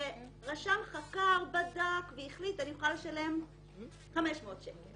שרשם חקר, בדק והחליט שאני יכולה לשלם 500 שקל